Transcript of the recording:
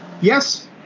Yes